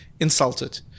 insulted